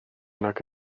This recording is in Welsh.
nac